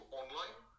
online